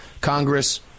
Congress